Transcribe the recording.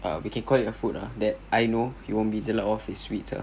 ah we can call it a food lah that I know you won't be jelak of is sweets lah